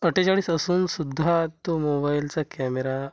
अठ्ठेचाळीस असूनसुद्धा तो मोबाईलचा कॅमेरा